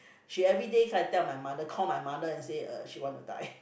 she everyday come and tell my mother call my mother and say uh she want to die